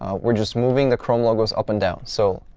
ah we're just moving the chrome logos up and down. so,